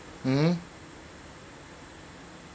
mm mm